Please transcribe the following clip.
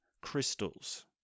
crystals